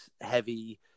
heavy